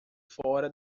fora